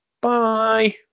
Bye